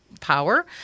Power